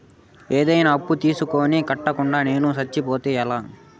ఏదైనా అప్పు తీసుకొని కట్టకుండా నేను సచ్చిపోతే ఎలా